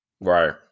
Right